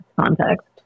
context